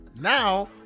Now